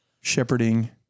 shepherding